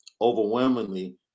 Overwhelmingly